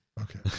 Okay